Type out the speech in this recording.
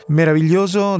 meraviglioso